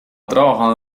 trabajado